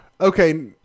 okay